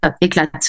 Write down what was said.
éclate